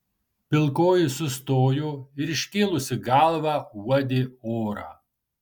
pilkoji sustojo ir iškėlusi galvą uodė orą